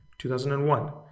2001